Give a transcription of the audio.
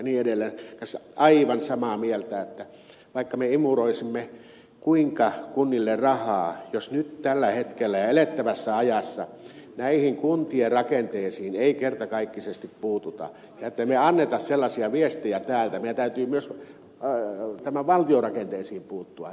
kanssa aivan samaa mieltä että vaikka me imuroisimme kuinka kunnille rahaa jos nyt tällä hetkellä elettävässä ajassa näihin kuntien rakenteisiin ei kertakaikkisesti puututa ja anneta sellaisia viestejä täältä että meidän täytyy myös valtion rakenteisiin puuttua tämä ei riitä